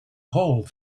hole